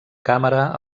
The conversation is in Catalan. càmera